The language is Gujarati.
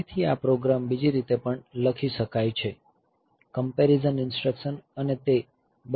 ફરીથી આ પ્રોગ્રામ બીજી રીતે પણ લખી શકાય છે કંપેરીઝન ઇન્સટ્રકશન અને તે બધાનો ઉપયોગ કરીને પણ લખી શકાય છે